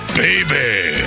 baby